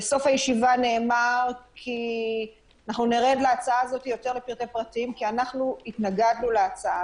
בסוף הישיבה נאמר שנרד להצעה בפרטי פרטים כי אנחנו התנגדנו להצעה